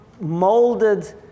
molded